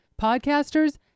Podcasters